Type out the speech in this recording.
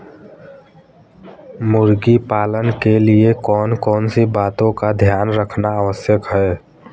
मुर्गी पालन के लिए कौन कौन सी बातों का ध्यान रखना आवश्यक है?